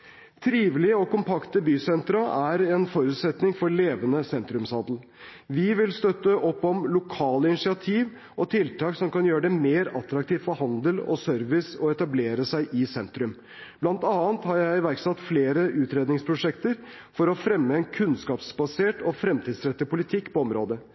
Trivelige og kompakte bysentra er en forutsetning for levende sentrumshandel. Vi vil støtte opp om lokale initiativ og tiltak som kan gjøre det mer attraktivt for handel og service å etablere seg i sentrum. Blant annet har jeg iverksatt flere utredningsprosjekter for å fremme en kunnskapsbasert og fremtidsrettet politikk på området.